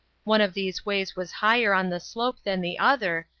one of these ways was higher on the slope than the other,